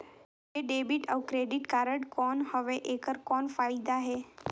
ये डेबिट अउ credit card कौन हवे एकर कौन फाइदा हे?